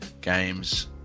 Games